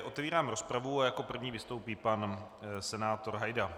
Otevírám rozpravu a jako první vystoupí pan senátor Hajda.